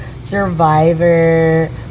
Survivor